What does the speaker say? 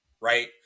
right